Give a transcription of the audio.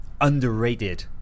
underrated